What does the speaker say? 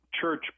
church